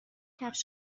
کفش